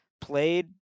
played